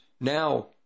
now